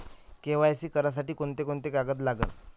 KYC करासाठी कोंते कोंते कागद लागन?